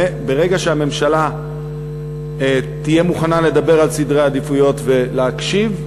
ברגע שהממשלה תהיה מוכנה לדבר על סדרי עדיפויות ולהקשיב,